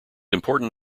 important